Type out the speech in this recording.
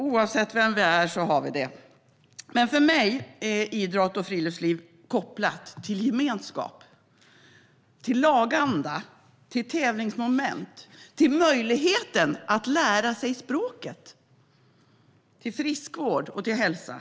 Oavsett vilka vi är har vi det. För mig är idrott och friluftsliv kopplat till gemenskap, laganda och tävlingsmoment, till möjligheten att lära sig språket, till friskvård och till hälsa.